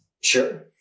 sure